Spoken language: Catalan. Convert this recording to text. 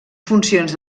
funcions